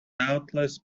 doubtless